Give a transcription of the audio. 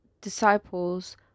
disciples